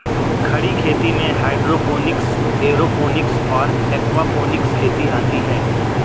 खड़ी खेती में हाइड्रोपोनिक्स, एयरोपोनिक्स और एक्वापोनिक्स खेती आती हैं